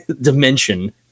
dimension